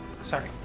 Sorry